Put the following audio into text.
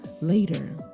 later